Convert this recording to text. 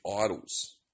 idols